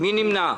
מי נמנע?